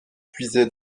puiser